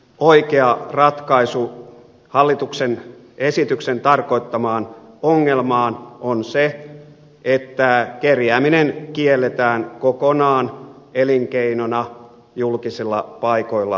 oikea ratkaisu hallituksen esityksen tarkoittamaan ongelmaan on se että kerjääminen kielletään kokonaan elinkeinona julkisilla paikoilla tapahtuvana